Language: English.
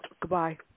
goodbye